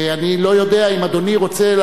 ואני לא יודע אם אדוני רוצה,